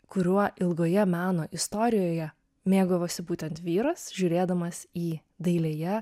kuriuo ilgoje meno istorijoje mėgavosi būtent vyras žiūrėdamas į dailėje